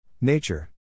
Nature